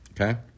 okay